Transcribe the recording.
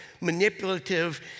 manipulative